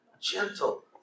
gentle